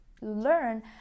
learn